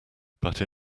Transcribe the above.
but